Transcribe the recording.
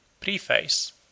Preface